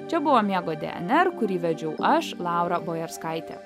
čia buvo miego dnr kurį vedžiau aš laura bojerskaitė